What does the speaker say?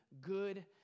good